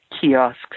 kiosks